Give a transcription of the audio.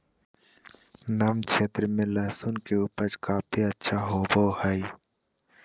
नम क्षेत्र में लहसुन के उपज काफी अच्छा होबो हइ